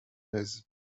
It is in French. aise